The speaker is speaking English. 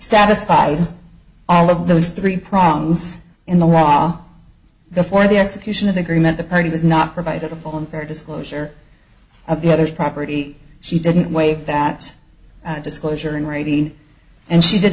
satisfied all of those three prongs in the wall before the execution of agreement the party was not provided a full and fair disclosure of the other property she didn't wave that disclosure in rating and she did